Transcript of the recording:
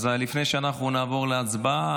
אז לפני שאנחנו נעבור להצבעה,